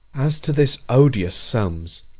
as to this odious solmes,